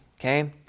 Okay